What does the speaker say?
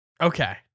Okay